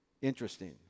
Interesting